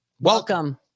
Welcome